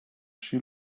she